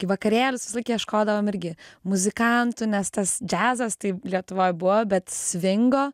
kai vakarėlius visąlaik ieškodavom irgi muzikantų nes tas džiazas tai lietuvoj buvo bet svingo